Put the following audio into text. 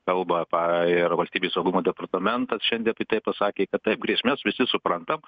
kalba va ir valstybės saugumo departamentas šiandien kitaip pasakė kad taip grėsmes visi suprantam